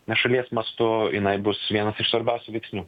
nes šalies mastu jinai bus vienas iš svarbiausių veiksnių